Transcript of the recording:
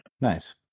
Nice